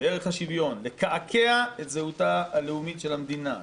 בערך השוויון לקעקע את זהותה הלאומית של המדינה,